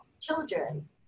children